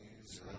Jesus